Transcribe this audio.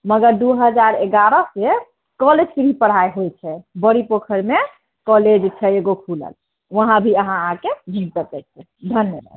मगर दू हजार एगारह से कौलेजके भी पढ़ाइ होइत छै बड़ी पोखरिमे कौलेज छै एगो खुलल वहाँ भी आहाँ आके घूम सकैत छियै धन्यवाद